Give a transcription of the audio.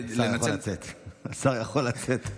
השר יכול לצאת.